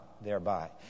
thereby